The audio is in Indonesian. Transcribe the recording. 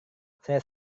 saya